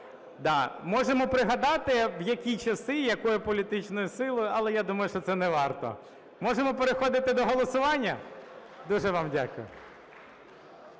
Да, можемо пригадати, в які часи і якої політичної сили, але я думаю, що це не варто. Можемо переходити до голосування? Дуже вам дякую.